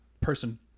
person